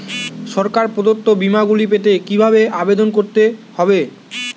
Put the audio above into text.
সরকার প্রদত্ত বিমা গুলি পেতে কিভাবে আবেদন করতে হবে?